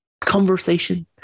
conversation